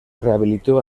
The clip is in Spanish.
rehabilitó